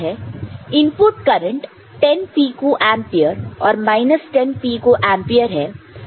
input current 10 pico ampere और 10 pico ampere है